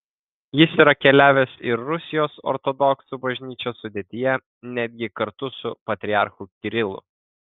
jis yra keliavęs ir rusijos ortodoksų bažnyčios sudėtyje netgi kartu su patriarchu kirilu